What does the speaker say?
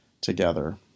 together